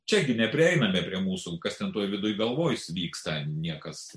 čiagi neprieiname prie mūsų kas ten toj viduj galvoj vyksta niekas